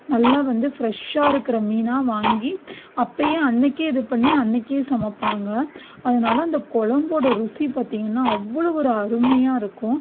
நல்லா வந்து ஃபிரெஷ்ஷாக இருக்கிற மீனாக வாங்கி அப்பயே அன்றைக்கே இது பண்ணி அன்னைக்கே சமைப்பாங்க அதனால அந்த கொழம்போட ருசி பார்த்திங்கன்னா அவ்வளோ ஒரு அருமையாக இருக்கும்